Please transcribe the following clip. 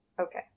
Okay